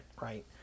right